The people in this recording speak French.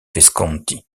visconti